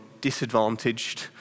disadvantaged